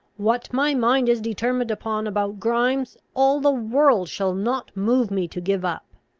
what my mind is determined upon about grimes, all the world shall not move me to give up.